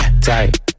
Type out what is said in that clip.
tight